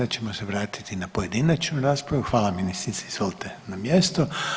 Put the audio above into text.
Sad ćemo se vratiti na pojedinačnu raspravu, hvala ministrici izvolite na mjesto.